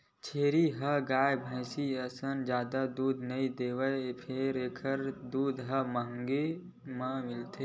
छेरी ह गाय, भइसी असन जादा दूद नइ देवय फेर एखर दूद ह महंगी म मिलथे